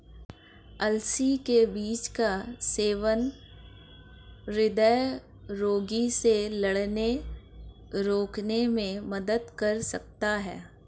अलसी के बीज का सेवन हृदय रोगों से लड़ने रोकने में मदद कर सकता है